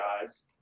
guys